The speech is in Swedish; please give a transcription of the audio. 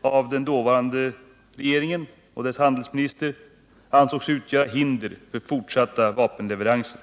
av den dåvarande regeringen och dess handelsminister inte ansågs utgöra hinder för fortsatta vapenleveranser.